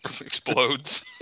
explodes